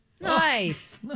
Nice